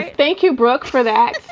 like thank you, brooke, for that.